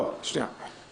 לא, שנייה.